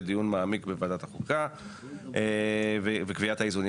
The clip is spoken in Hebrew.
דיון מעמיק בחוק החוקה וקביעת האיזונים